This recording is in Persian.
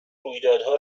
رویدادها